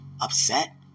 upset